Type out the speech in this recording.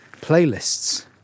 playlists